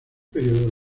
período